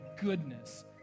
goodness